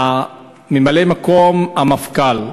ממלא-מקום המפכ"ל,